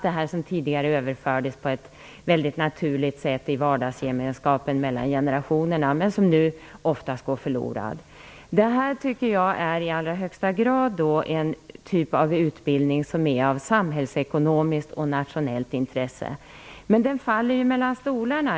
Den här kunskapen överfördes tidigare på ett naturligt sätt i vardagsgemenskapen mellan generationerna, men nu går den oftast förlorad. Jag tycker att detta är en utbildning som i högsta grad är av samhällsekonomiskt och nationellt intresse. Men den faller ju mellan stolarna.